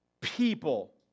people